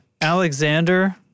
Alexander